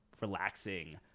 relaxing